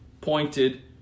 pointed